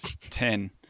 ten